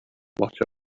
watch